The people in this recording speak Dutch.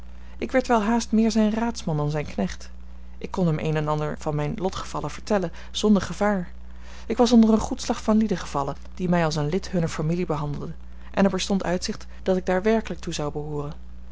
ik werd welhaast meer zijn raadsman dan zijn knecht ik kon hem een en ander van mijne lotgevallen vertellen zonder gevaar ik was onder een goed slag van lieden gevallen die mij als een lid hunner familie behandelden en er bestond uitzicht dat ik daar werkelijk toe zou behooren